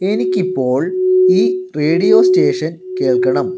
എനിക്കിപ്പോൾ ഈ radio station കേൾക്കണം